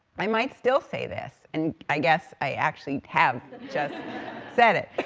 i might still say this, and i guess i actually have just said it,